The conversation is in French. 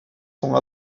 sont